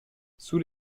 sous